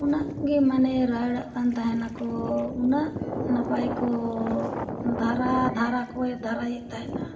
ᱩᱱᱟᱹᱜ ᱜᱮ ᱢᱟᱱᱮ ᱨᱟᱹᱲᱟᱜ ᱠᱟᱱ ᱛᱟᱦᱮᱱᱟ ᱠᱚ ᱩᱱᱟᱹᱜ ᱱᱟᱯᱟᱭ ᱠᱚ ᱫᱷᱟᱨᱟ ᱫᱷᱟᱨᱟ ᱠᱚᱭ ᱫᱷᱟᱨᱟᱭᱮᱫ ᱛᱟᱦᱮᱱᱟ